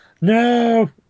No